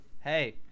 Hey